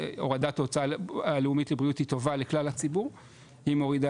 הורדת ההוצאה הלאומית לבריאות היא טובה לכלל הציבור היא מורידה